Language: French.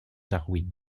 darwin